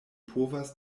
povas